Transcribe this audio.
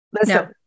Listen